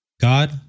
God